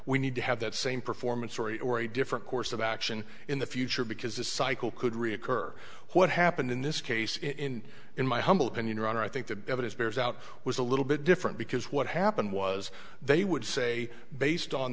we need to have that same performance story or a different course of action in the future because this cycle could reoccur what happened in this case in in my humble opinion rather i think the evidence bears out was a little bit different because what happened was they would say based on